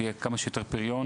שיהיה כמה שיותר פריון